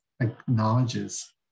acknowledges